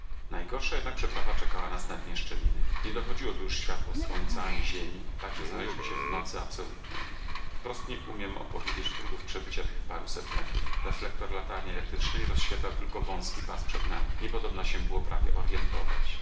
najgorsza jednak przeprawa czekała nas na dnie szczeliny nie dochodziło tu już światło słońca ani ziemi tak że znaleźliśmy się w nocy absolutnej wprost nie umiem opowiedzieć trudów przebycia tych paruset metrów reflektor latarni elektrycznej rozświetlał tylko wązki pas przed nami niepodobna się było prawie